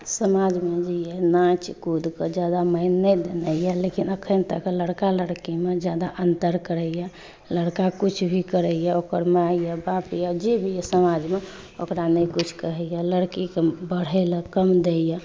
समाजमे जे अइ नाच कूदके ज्यादा मानि नहि देने अइ लेकिन एखनतक लड़का लड़कीमे ज्यादा अन्तर करैए लड़का किछु भी करैए ओकर माइ अइ बाप अइ जे भी अइ समाजमे ओकरा नहि किछु कहैए लड़कीके बढ़ैलए कम दैए